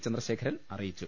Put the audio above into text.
ചന്ദ്രശേഖരൻ അറിയിച്ചു